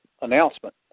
announcement